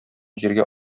җиргә